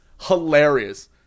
hilarious